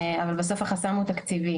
אבל, בסוף, החסם הוא תקציבי.